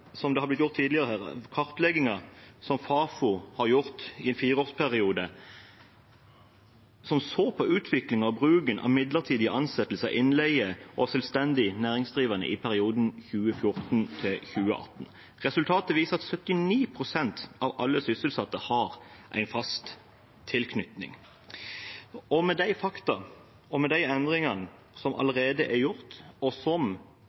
som Fafo har gjort over en fireårsperiode, som så på utviklingen og bruken av midlertidige ansettelser av innleie og selvstendig næringsdrivende i perioden 2014–2018. Resultatet viser at 79 pst. av alle sysselsatte har en fast tilknytning. Og med de faktaene, og med de endringene som allerede er gjort, og som